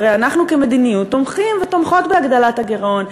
הרי אנחנו כמדיניות תומכים ותומכות בהגדלת הגירעון.